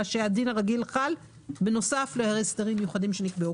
שהדין הרגיל חל בנוסף להסדרים מיוחדים שנקבעו